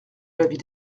l’avis